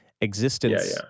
Existence